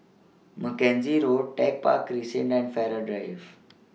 Mackenzie Road Tech Park Crescent and Farrer Drive